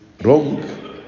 wrong